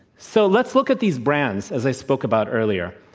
so, let's look at these brands as i spoke about earlier.